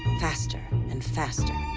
faster and faster.